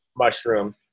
mushroom